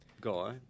guy